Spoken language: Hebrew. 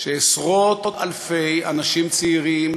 שעשרות-אלפי אנשים צעירים,